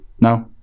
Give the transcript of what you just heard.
No